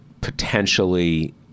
potentially